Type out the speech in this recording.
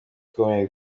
ukomeye